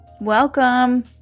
Welcome